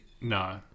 No